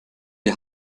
die